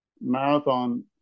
marathon